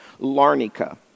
Larnica